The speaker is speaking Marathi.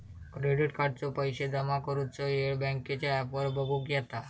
क्रेडिट कार्डाचो पैशे जमा करुचो येळ बँकेच्या ॲपवर बगुक येता